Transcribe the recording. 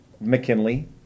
McKinley